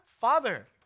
father